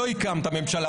לא הקמת ממשלה.